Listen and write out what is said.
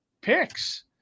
picks